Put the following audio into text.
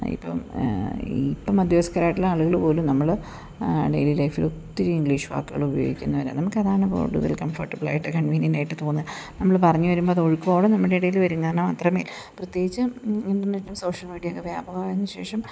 ഇപ്പം ഇപ്പം മധ്യവയസ്കരായിട്ടുള്ള ആളുകള് പോലും നമ്മള് ഡെയിലി ലൈഫില് ഒത്തിരി ഇംഗ്ലീഷ് വാക്കുകൾ ഉപയോഗിക്കുന്നവരാണ് നമുക്ക് അതാണ് കൂടുതൽ കംഫർട്ടബിളായിട്ട് കൺവീനിയൻറ്റായിട്ട് തോന്നുക നമ്മള് പറഞ്ഞ് വരുമ്പോൾ അത് ഒഴുക്കു ആവും നമ്മുടെ ഇടയില് വരും കാരണം അത്രമേൽ പ്രത്യേകിച്ച് ഇൻറ്റർനെറ്റും സോഷ്യൽ മീഡിയായും ഒക്കെ വ്യാപകമായതിന് ശേഷം